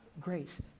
grace